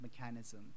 mechanism